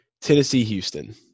Tennessee-Houston